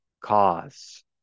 cause